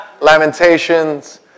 Lamentations